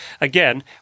again